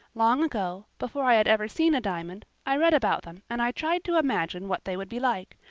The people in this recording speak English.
long ago, before i had ever seen a diamond, i read about them and i tried to imagine what they would be like.